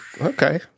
Okay